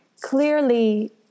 Clearly